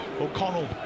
O'Connell